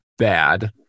bad